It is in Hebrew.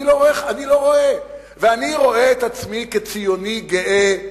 אני רואה את עצמי ציוני גאה,